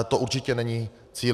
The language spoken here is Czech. To určitě není cíl.